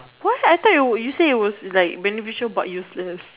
what I thought you would you say it was like beneficial but useless